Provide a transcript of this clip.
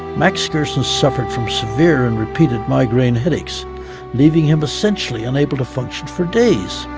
max gerson suffered from severe and repeated migraine headaches leaving him essentially unable to function for days.